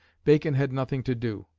bacon had nothing to do.